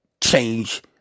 change